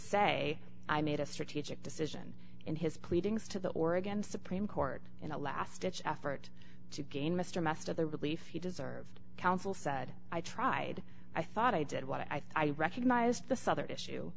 say i made a strategic decision in his pleadings to the oregon supreme court in a last ditch effort to gain mr mestre the relief he deserved counsel said i tried i thought i did what i thought i recognized the souther issue